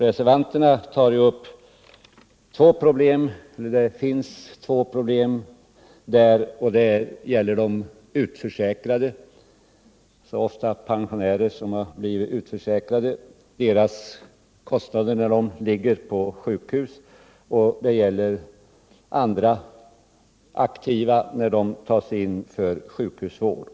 Reservanterna tar upp ett problem som har två sidor, nämligen dels de utförsäkrades — ofta pensionärers —, dels vissa aktivas, särskilt låginkomsttagares, kostnader för sjukhusvård.